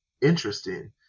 interesting